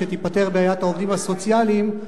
כשתיפתר בעיית העובדים הסוציאליים,